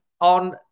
on